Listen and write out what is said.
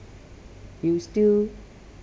you still